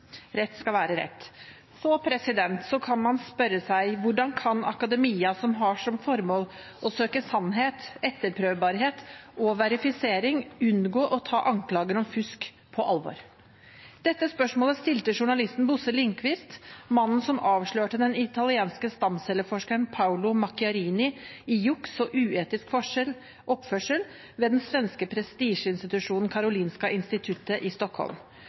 Rett skal være rett. Så kan man spørre seg: Hvordan kan akademia, som har som formål å søke sannhet, etterprøvbarhet og verifisering, unngå å ta anklager om fusk på alvor? Dette spørsmålet stilte journalisten Bosse Lindquist, mannen som avslørte den italienske stamcelleforskeren Paolo Macchiarini i juks og uetisk oppførsel ved den svenske prestisjeinstitusjonen Karolinska Institutet i Stockholm.